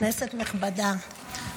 כנסת נכבדה,